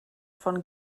von